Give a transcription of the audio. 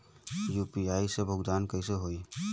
UPI से भुगतान कइसे होहीं?